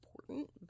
important